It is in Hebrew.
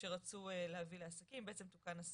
שרצו להביא לעסקים, בעצם תוקן הסעיף,